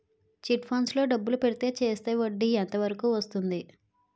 Chit funds లో డబ్బులు పెడితే చేస్తే వడ్డీ ఎంత వరకు వస్తుంది?